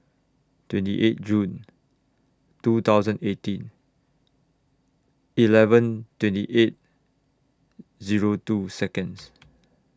twenty eight June two thousand eighteen eleven twenty eight Zero two Seconds